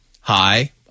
hi